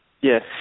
Yes